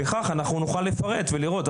וכך אנחנו נוכל לפרט ולראות.